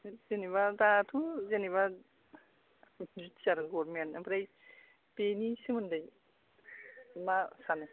जेनेबा दाथ' जेनेबा बिटिआर गरमेन ओमफ्राय बेनि सोमोन्दै मा सानो